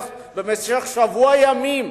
במשך שבוע ימים.